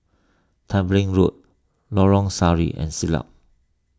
Tembeling Road Lorong Sari and Siglap